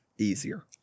Easier